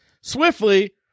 swiftly